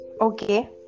Okay